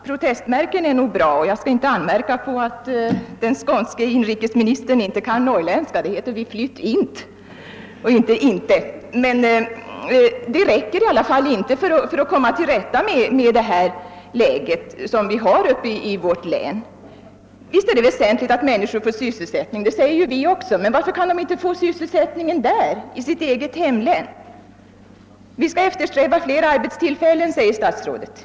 Protestmärken är nog bra, och jag skall inte anmärka på att den skånske inrikesministern inte kan norrländska. Det heter: »Vi flytt int». Det räcker i alla fall inte i det svåra läge som vi har uppe i vårt län. Visst är det väsentligt att människor får sysselsättning — det säger ju vi också — men varför kan de inte få sysselsättningen i sitt eget hemlän? Vi skall eftersträva fler arbetstillfällen, säger statsrådet.